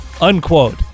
unquote